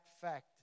fact